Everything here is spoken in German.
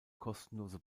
kostenlose